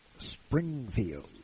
Springfield